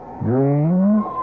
dreams